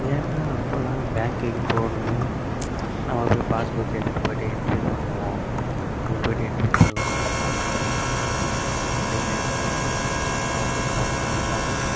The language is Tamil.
ஏனால் அப்போலாம் பேங்குக்கு போகணுன்னு நம்ம போய் பாஸ் புக் எடுத்து போய்ட்டு என்ட்ரி பண்ணுவோம் அதுக்கு போய்ட்டு என்ட்ரி பண்றதுக்கோசரம் ரொம்ப நேரமாக நம்ம மட்டும் வெயிலில் நிற்கணும் அங்கே இங்கேனு சுற்றணும் அவங்களை பார்கணும் இவங் அவங்களை பார்கணும்